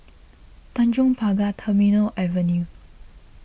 Tanjong Pagar Terminal Avenue